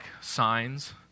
signs